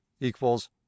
equals